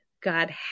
God